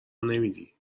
نمیدی